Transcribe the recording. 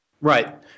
Right